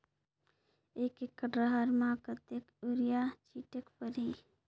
एक एकड रहर म कतेक युरिया छीटेक परही?